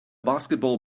basketball